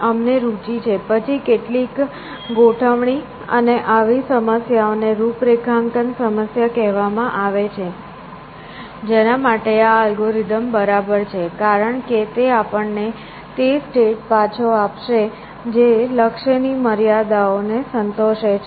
અમને રુચિ છે પછી કેટલીક ગોઠવણી અને આવી સમસ્યાઓને રૂપરેખાંકન સમસ્યા કહેવામાં આવે છે જેના માટે આ અલ્ગોરિધમ બરાબર છે કારણ કે તે આપણને તે સ્ટેટ પાછો આપશે જે લક્ષ્યની મર્યાદાઓ ને સંતોષે છે